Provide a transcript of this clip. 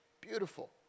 beautiful